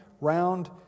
round